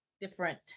different